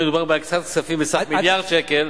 מדובר בהקצאת כספים בסך מיליארד שקל,